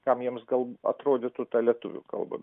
kam jiems gal atrodytų ta lietuvių kalba